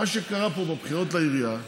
מה שקרה פה בבחירות לעירייה,